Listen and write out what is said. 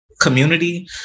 community